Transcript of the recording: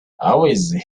always